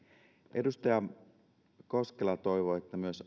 edustaja koskela toivoi että myös